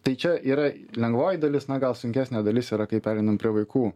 tai čia yra lengvoji dalis na gal sunkesnė dalis yra kai pereinam prie vaikų